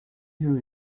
who